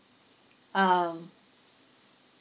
um